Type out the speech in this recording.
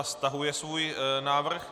Stahuje svůj návrh.